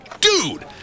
dude